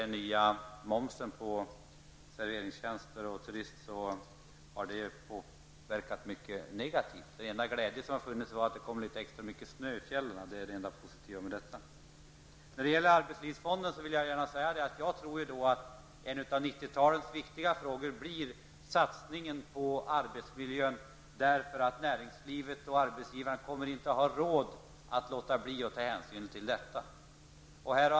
Den nya momsen på serveringstjänster och turism har påverkat förhållandena mycket negativt. Den enda glädjen har varit att det kom extra mycket snö i fjällen. Angående arbetslivsfonden vill jag säga att jag tror att en av 90-talets viktiga frågor blir satsningen på arbetsmiljön, eftersom näringslivet och arbetsgivarna inte kommer att ha råd att låta bli att ta hänsyn till detta.